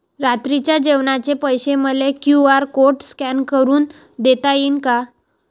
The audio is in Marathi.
रात्रीच्या जेवणाचे पैसे मले क्यू.आर कोड स्कॅन करून देता येईन का?